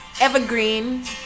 Evergreen